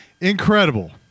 incredible